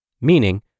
meaning